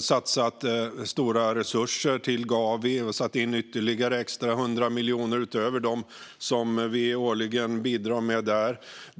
satsat stora resurser på Gavi och satt in ytterligare 100 miljoner utöver dem vi årligen bidrar med där.